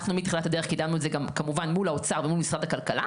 אנחנו מתחילת הדרך קידמנו את זה גם כמובן מול האוצר ומול משרד הכלכלה.